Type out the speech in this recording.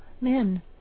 men